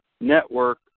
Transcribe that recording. network